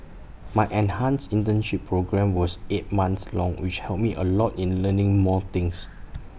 my enhanced internship programme was eight months long which helped me A lot in learning more things